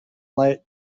light